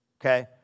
Okay